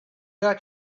got